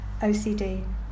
OCD